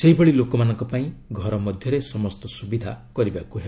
ସେଭଳି ଲୋକମାନଙ୍କ ପାଇଁ ଘର ମଧ୍ୟରେ ସମସ୍ତ ସୁବିଧା କରିବାକୁ ହେବ